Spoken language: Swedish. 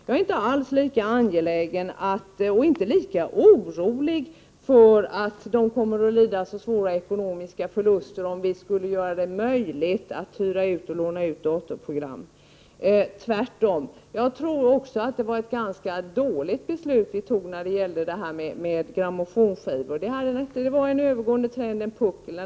Jag är inte alls lika orolig för att de kommer att lida så svåra ekonomiska förluster om vi skulle göra det möjligt att hyra ut och låna ut datorprogram, tvärtom. Jag tror också att det var ett ganska dåligt beslut som vi fattade när det gällde grammofonskivorna. Det var en övergående trend, en puckel.